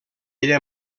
ella